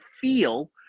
feel